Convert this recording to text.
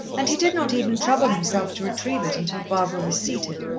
and he did not even trouble himself to retrieve it until barbara was seated,